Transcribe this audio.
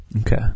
Okay